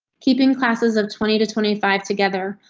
keeping classes of twenty to twenty five together.